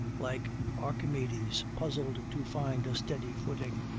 like archimedes, puzzled to find a steady footing.